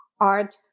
art